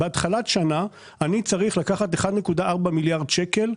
בהתחלת שנה אני צריך לקחת 1.4 מיליארד שקל,